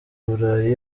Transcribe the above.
burayi